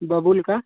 बबूल का